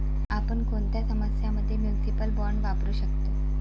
आपण कोणत्या समस्यां मध्ये म्युनिसिपल बॉण्ड्स वापरू शकतो?